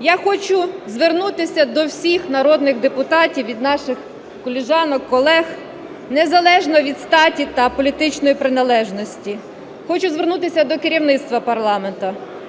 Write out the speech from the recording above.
Я хочу звернутися до всіх народних депутатів від наших колежанок, колег, незалежно від статі та політичної приналежності. Хочу звернутися до керівництва парламенту.